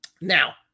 Now